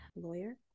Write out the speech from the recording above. Lawyer